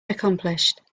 accomplished